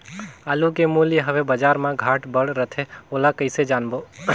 आलू के मूल्य हवे बजार मा घाट बढ़ा रथे ओला कइसे जानबो?